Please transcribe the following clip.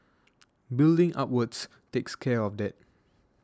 building upwards takes care of that